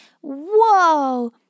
Whoa